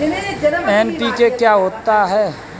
NPK क्या होता है?